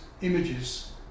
images